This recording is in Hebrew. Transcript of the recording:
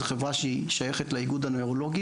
זו חברה שהיא שייכת לאיגוד הנוירולוגי